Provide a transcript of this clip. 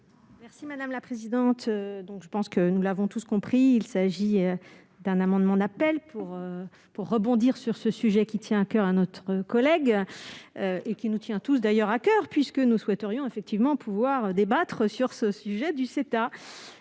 Merci madame la présidente, donc je pense que nous l'avons tous compris, il s'agit d'un amendement d'appel pour pour rebondir sur ce sujet qui tient à coeur à notre collègue et qui nous tient tous d'ailleurs à coeur puisque nous souhaiterions effectivement pouvoir débattre sur ce sujet du CETA.